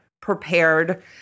prepared